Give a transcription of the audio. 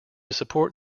support